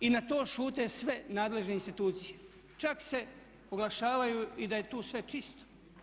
I na to šute sve nadležne institucije, čak se oglašavaju i da je tu sve čisto.